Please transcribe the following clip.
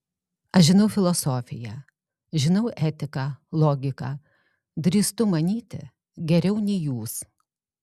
aš žinau filosofiją žinau etiką logiką drįstu manyti geriau nei jūs